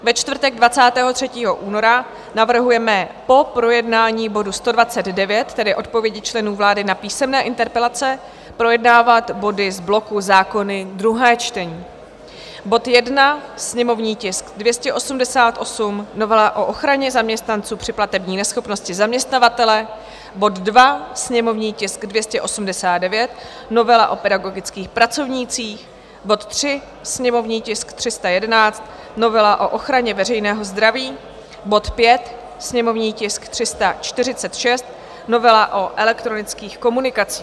Ve čtvrtek 23. února navrhujeme po projednání bodu 129, tedy Odpovědi členů vlády na písemné interpelace, projednávat body z bloku Zákony druhé čtení: bod 1, sněmovní tisk 288, novela o ochraně zaměstnanců při platební neschopnosti zaměstnavatele; bod 2, sněmovní tisk 289, novela o pedagogických pracovnících; bod 3, sněmovní tisk 311, novela o ochraně veřejného zdraví; bod 5, sněmovní tisk 346, novela o elektronických komunikacích.